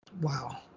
wow